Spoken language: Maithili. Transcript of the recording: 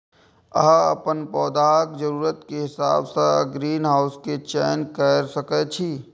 अहां अपन पौधाक जरूरत के हिसाब सं ग्रीनहाउस के चयन कैर सकै छी